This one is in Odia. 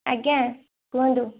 ଆଜ୍ଞା କୁହନ୍ତୁ